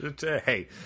Hey